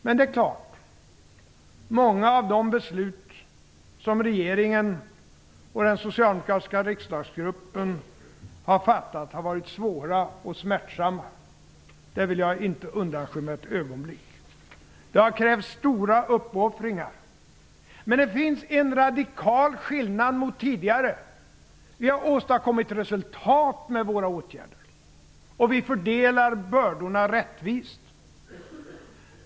Men det är klart att många av de beslut som regeringen och den socialdemokratiska riksdagsgruppen har fattat har varit svåra och smärtsamma. Det vill jag inte undanskymma ett ögonblick. Det har krävts stora uppoffringar. Men det finns en radikal skillnad mot tidigare. Vi har åstadkommit resultat med våra åtgärder. Vi fördelar bördorna rättvist.